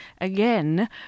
again